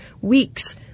weeks